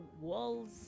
walls